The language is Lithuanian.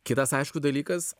kitas aišku dalykas